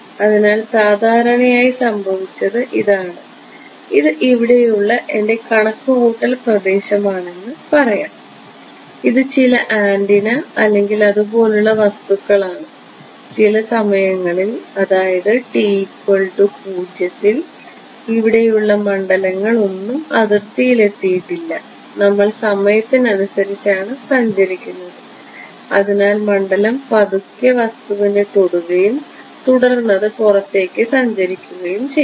അതിനാൽ സാധാരണയായി സംഭവിച്ചത് ഇതാണ് ഇത് ഇവിടെയുള്ള എന്റെ കണക്കുകൂട്ടൽ പ്രദേശം ആണെന്ന് പറയാം ഇത് ചില ആന്റിന അല്ലെങ്കിൽ അതുപോലുള്ള വസ്തുക്കളാണ് ചില സമയങ്ങളിൽ അതായത് t0 ൽ ഇവിടെയുള്ള മണ്ഡലങ്ങൾ ഒന്നും അതിർത്തിയിൽ എത്തിയിട്ടില്ല നമ്മൾ സമയത്തിന് അനുസരിച്ചാണ് സഞ്ചരിക്കുന്നത് അതിനാൽ മണ്ഡലം പതുക്കെ വസ്തുവിനെ തൊടുകയും തുടർന്ന് അത് പുറത്തേക്ക് സഞ്ചരിക്കുകയും ചെയ്യുന്നു